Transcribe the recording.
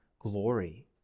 glory